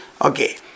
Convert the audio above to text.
Okay